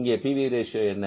இங்கே P V ratio என்ன